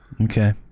Okay